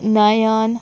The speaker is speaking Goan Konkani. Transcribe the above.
नयन